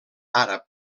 àrab